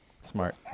Smart